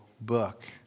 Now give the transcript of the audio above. book